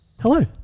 Hello